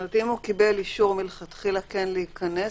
כלומר אם הוא קיבל אישור מלכתחילה כן להיכנס,